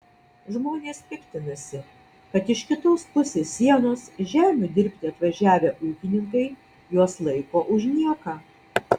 žmonės piktinasi kad iš kitos pusės sienos žemių dirbti atvažiavę ūkininkai juos laiko už nieką